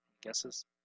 Guesses